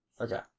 Okay